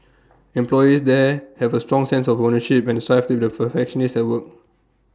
employees there have A strong sense of ownership and strive to perfectionists at work